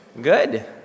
Good